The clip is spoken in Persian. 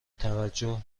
توجه